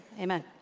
Amen